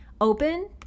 open